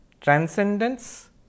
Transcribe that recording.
Transcendence